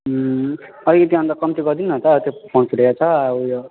अलिकति अन्त कम्ती गर्दिनु न त त्यो फोन फुटेको छ ऊ यो